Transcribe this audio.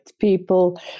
people